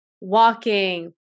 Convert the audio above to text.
walking